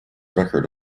record